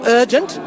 urgent